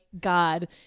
God